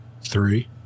Three